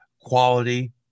quality